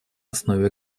основе